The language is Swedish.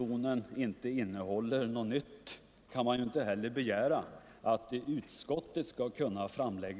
Lämnar man år efter oo Årin samma motion då skall man också ha samma svar — det är min upp Avskaffande av fattning.